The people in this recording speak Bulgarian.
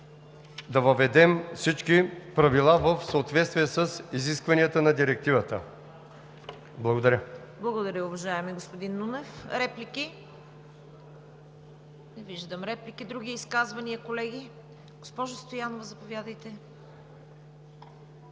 да въведем всички правила в съответствие с изискванията на Директивата. Благодаря. ПРЕДСЕДАТЕЛ ЦВЕТА КАРАЯНЧЕВА: Благодаря, уважаеми господин Нунев. Реплики? Не виждам реплики. Други изказвания, колеги? Госпожо Стоянова, заповядайте.